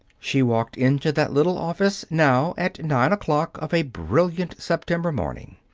she walked into that little office, now, at nine o'clock of a brilliant september morning.